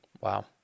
wow